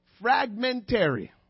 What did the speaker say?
fragmentary